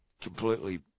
completely